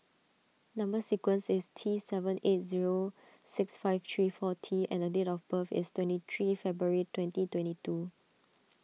Number Sequence is T seven eight zero six five three four T and date of birth is twenty three February twenty twenty two